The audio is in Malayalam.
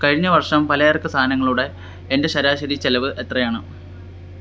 കഴിഞ്ഞ വർഷം പലചരക്ക് സാധനങ്ങളുടെ എൻ്റെ ശരാശരി ചെലവ് എത്രയാണ്